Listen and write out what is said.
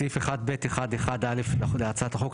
בסעיף 1(ב1)(1)(א) להצעת החוק,